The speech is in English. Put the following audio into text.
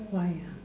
why ah